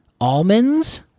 almonds